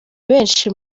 benshi